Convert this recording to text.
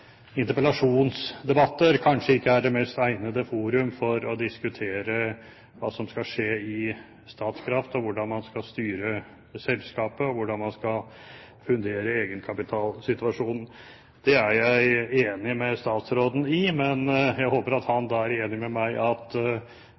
interpellasjonsdebatter kanskje ikke er det mest egnede forum for å diskutere hva som skal skje i Statkraft, hvordan man skal styre selskapet og hvordan man skal fundere egenkapitalsituasjonen. Det er jeg enig med statsråden i, men jeg håper at han